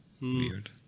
Weird